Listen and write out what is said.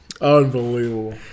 Unbelievable